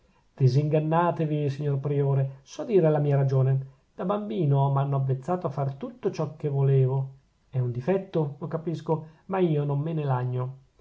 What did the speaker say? stato disingannatevi signor priore so dire la mia ragione da bambino m'hanno avvezzato a fare tutto ciò che volevo è un difetto lo capisco ma io non me ne lagno